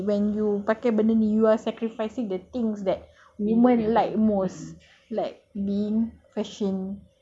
so if you that's why they say when you pakai benda ni you are sacrificing the things that women like most